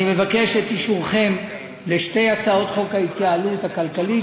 אני מבקש את אישורכם לשתי הצעות חוק ההתייעלות הכלכלית,